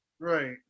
Right